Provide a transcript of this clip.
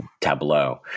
tableau